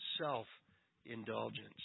self-indulgence